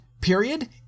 period